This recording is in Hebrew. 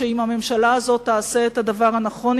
שאם הממשלה הזאת תעשה את הדבר הנכון,